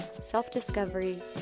self-discovery